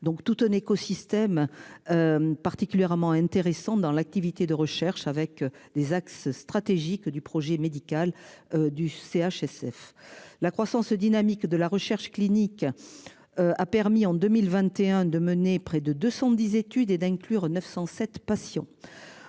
donc tout un écosystème. Particulièrement intéressante dans l'activité de recherche avec des axes stratégiques du projet médical du CHSF. La croissance dynamique de la recherche clinique. A permis en 2021 de mener, près de 210 études et d'inclure 907 patients.